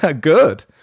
Good